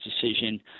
decision